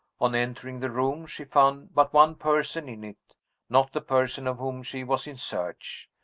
on entering the room, she found but one person in it not the person of whom she was in search.